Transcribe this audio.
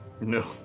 No